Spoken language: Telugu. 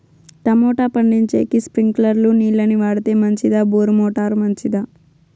టమోటా పండించేకి స్ప్రింక్లర్లు నీళ్ళ ని వాడితే మంచిదా బోరు మోటారు మంచిదా?